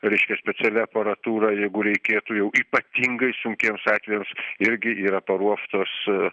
reiškia specialia aparatūra jeigu reikėtų jau ypatingai sunkiems atvejams irgi yra paruoštos